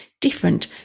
different